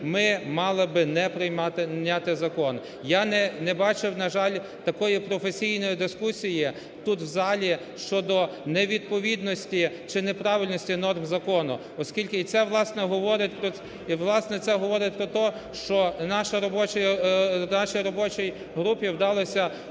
ми мали би не прийняти закон. Я не бачив, на жаль, такої професійної дискусії тут в залі щодо невідповідності чи неправильності норм закону. Оскільки і це, власне, говорить, власне, це говорить про те, що нашій робочій групі вдалося